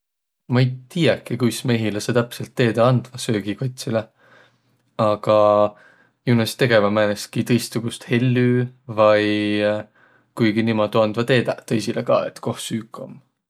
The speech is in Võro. Ma ei tiiäki, kuis mehiläseq täpselt teedäq andvaq söögi kotsilõ, aga jo nä sis tegeväq määnestki tõistsugust hellü vai kuigi niimuudu andvaq teedäq tõisilõ kah, et koh süük om.